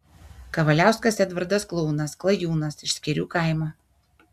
kavaliauskas edvardas klounas klajūnas iš skėrių kaimo